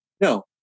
No